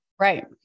Right